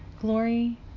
Glory